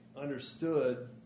understood